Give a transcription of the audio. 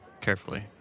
carefully